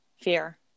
fear